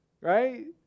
right